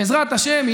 בעזרת השם,